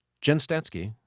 jen statsky,